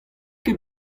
ket